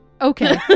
Okay